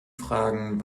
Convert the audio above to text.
fragen